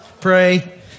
Pray